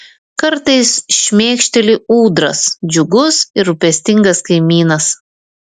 kartais šmėkšteli ūdras džiugus ir rūpestingas kaimynas